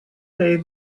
day